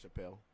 Chappelle